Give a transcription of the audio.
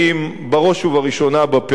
בראש ובראשונה בפריפריה.